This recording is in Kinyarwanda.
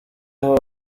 aho